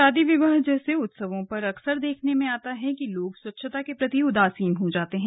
शादी विवाह जैसे उत्सवों पर अकसर देखने में मिलता है कि लोग स्वच्छता के प्रति उदासीन हो जाते हैं